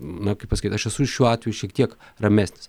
na kaip pasakyt aš esu šiuo atveju šiek tiek ramesnis